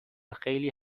خیلی